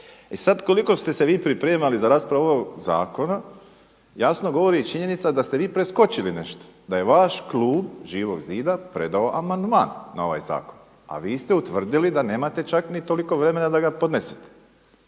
I sada koliko ste se vi pripremali za raspravu ovog zakona jasno govori i činjenica da ste vi preskočili nešto, da je vaš klub Živog zida predao amandman na ovaj zakon a vi ste utvrdili da nemate čak ni toliko vremena da podnesete.